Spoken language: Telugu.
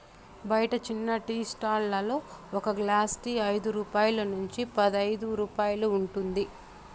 బయట చిన్న టీ స్టాల్ లలో ఒక గ్లాస్ టీ ఐదు రూపాయల నుంచి పదైదు రూపాయలు ఉంటుంది